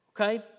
Okay